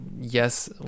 yes